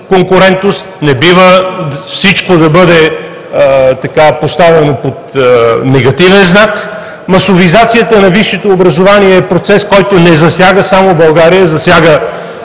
конкурентност. Не бива всичко да бъде поставено под негативен знак. Масовизацията на висшето образование е процес, който не засяга само България, а засяга